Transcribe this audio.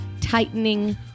tightening